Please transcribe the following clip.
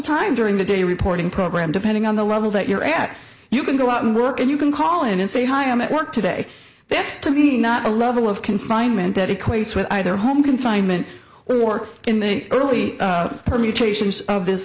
time during the day reporting program depending on the level that you're at you can go out and work and you can call in and say hi i'm at work today that's to be not a level of confinement that equates with either home confinement or in the early permutations of this